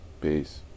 Peace